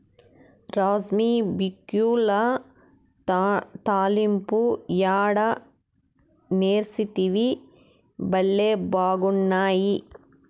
రాజ్మా బిక్యుల తాలింపు యాడ నేర్సితివి, బళ్లే బాగున్నాయి